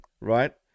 right